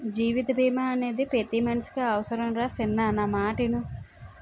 జీవిత బీమా అనేది పతి మనిసికి అవుసరంరా సిన్నా నా మాటిను